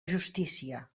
justícia